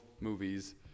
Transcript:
movies